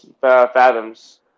fathoms